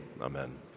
amen